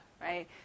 right